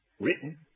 written